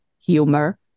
Humor